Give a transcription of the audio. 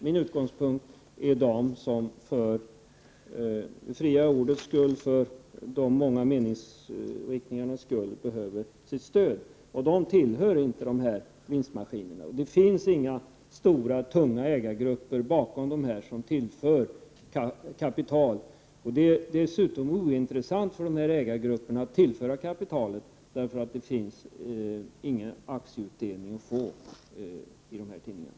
Min utgångspunkt är i dag som förr att mindre tidningar för det fria ordets skull och de många åsiktsriktningarnas skull behöver få stöd. Dit hör inte vinstmaskinerna. Det finns inga stora, tunga ägargrupper bakom dem som tillför kapital. Det är dessutom ointressant för dessa ägargrupper att tillföra kapital, därför att det inte finns någon aktieutdelning inom dessa tidningar.